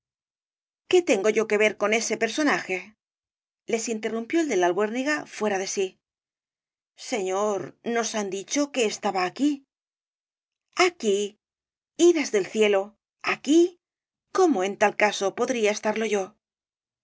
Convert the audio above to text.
qué tengo yo que ver con ese personaje les interrumpió el de la albuérniga fuera de sí señor nos han dicho que estaba aquí aquí iras del cielo aquí cómo en tal caso podría estarlo yo tomo